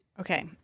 Okay